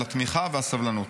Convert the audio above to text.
על התמיכה והסבלנות.